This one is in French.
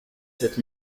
sept